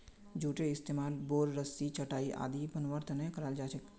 जूटेर इस्तमाल बोर, रस्सी, चटाई आदि बनव्वार त न कराल जा छेक